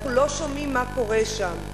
אנחנו לא שומעים מה קורה שם.